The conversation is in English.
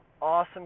Awesome